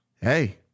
hey